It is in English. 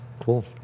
Cool